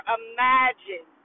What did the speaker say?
imagine